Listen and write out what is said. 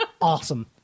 awesome